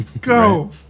Go